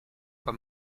bei